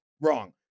wrong